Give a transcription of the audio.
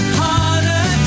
harder